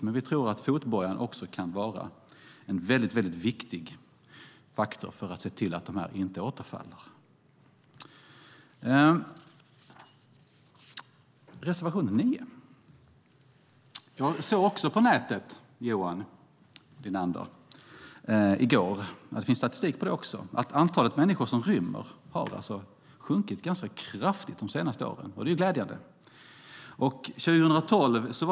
Men vi tror att fotbojan kan vara en viktig faktor för att se till att de inte återfaller. Jag går nu över till reservation 9. Jag såg också på nätet i går, Johan Linander, att antalet människor som rymmer har minskat ganska kraftigt de senaste åren. Det är glädjande. Det finns statistik på detta också.